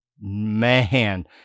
man